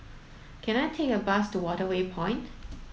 can I take a bus to Waterway Point